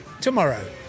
tomorrow